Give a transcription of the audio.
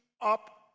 up